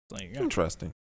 Interesting